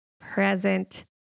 present